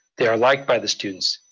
they are liked by the students.